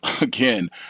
again